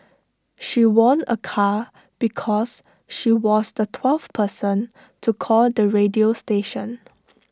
she won A car because she was the twelfth person to call the radio station